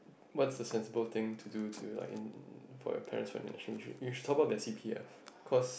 what's the sensible thing to do to like in~ for your parents when they you should top up their c_p_f cause